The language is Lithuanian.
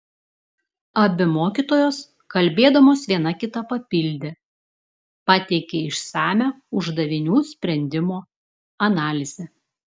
abi mokytojos kalbėdamos viena kitą papildė pateikė išsamią uždavinių sprendimo analizę